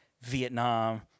Vietnam